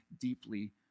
deeply